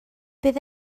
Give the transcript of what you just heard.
bydd